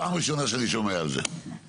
פעם ראשונה שאני שומע על זה,